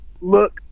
Look